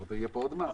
אז יהיה פה עוד מס.